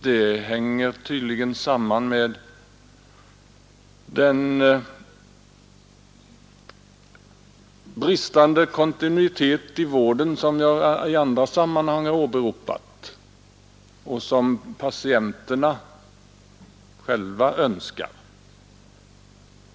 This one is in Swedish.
Det hänger tydligen samman med den bristande kontinuiteten i vården, som jag i andra sammanhang åberopat och som patienterna själva önskar.